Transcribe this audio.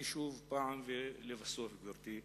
שוב, ולבסוף, גברתי,